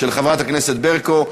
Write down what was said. של חברת הכנסת ברקו,